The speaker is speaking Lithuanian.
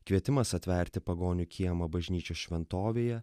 kvietimas atverti pagonių kiemą bažnyčios šventovėje